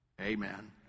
Amen